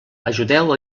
ajudeu